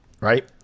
right